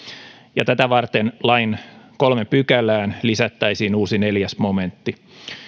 ja tätä varten lain kolmanteen pykälään lisättäisiin uusi neljäs momentti